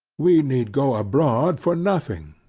we need go abroad for nothing.